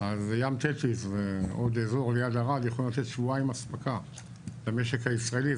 אז ים תטיס ועוד אזור ליד ערד יכולים לתת שבועיים אספקה למשק הישראלי.